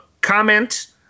comment